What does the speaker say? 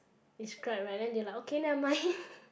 describe right then they like okay never mind